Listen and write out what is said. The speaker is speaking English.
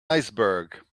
iceberg